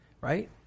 right